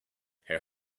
her